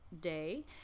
day